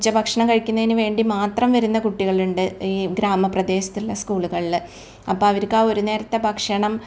ഉച്ച ഭക്ഷണം കഴിക്കുന്നതിന് വേണ്ടി മാത്രം വരുന്ന കുട്ടികൾ ഉണ്ട് ഈ ഗ്രാമപ്രദേശത്തുള്ള സ്കൂളുകളിൽ അപ്പോൾ അവർക്ക് ആ ഒരു നേരത്തെ ഭക്ഷണം